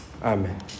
Amen